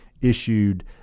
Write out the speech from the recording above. issued